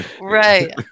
Right